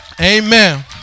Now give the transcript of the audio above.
Amen